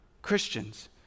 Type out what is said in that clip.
Christians